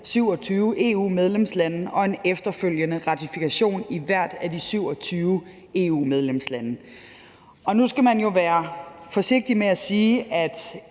27 EU-medlemslande og en efterfølgende ratifikation i hvert af de 27 EU-medlemslande. Nu skal man jo være forsigtig med at sige, at